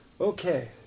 Okay